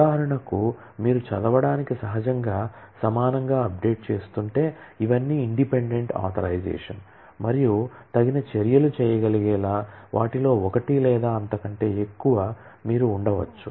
ఉదాహరణకు మీరు రీడ్ చేయడానికి సహజంగా సమానంగా అప్డేట్ చేస్తుంటే ఇవన్నీ ఇండిపెండెంట్ ఆథరైజషన్ మరియు తగిన చర్యలు చేయగలిగేలా వాటిలో ఒకటి లేదా అంతకంటే ఎక్కువ మీరు ఉండవచ్చు